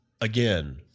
Again